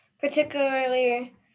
Particularly